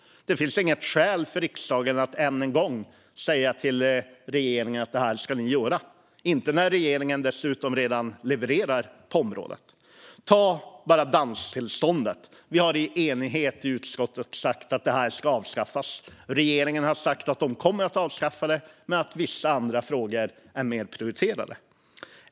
Det finns inget skäl för riksdagen att än en gång säga till regeringen vad den ska göra, inte när regeringen dessutom redan levererar på området. Man kan ta danstillståndet som exempel. Vi har i enighet i utskottet sagt att det ska avskaffas. Regeringen har sagt att den kommer att avskaffa det men att vissa andra frågor är mer prioriterade.